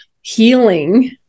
healing